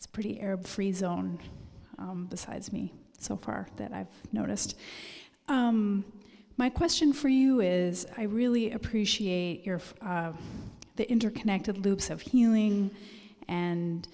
it's pretty arab free zone besides me so far that i've noticed my question for you is i really appreciate your for the interconnected loops of healing and